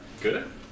good